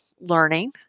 learning